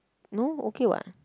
no okay [what]